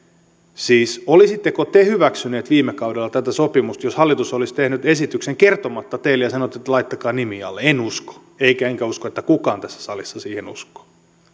siis olisitteko te hyväksyneet viime kaudella tätä sopimusta jos hallitus olisi tehnyt esityksen kertomatta teille ja sanonut että laittakaa nimi alle en usko enkä enkä usko että kukaan tässä salissa siihen uskoo